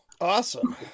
Awesome